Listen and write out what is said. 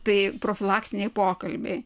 tai profilaktiniai pokalbiai